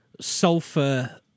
sulfur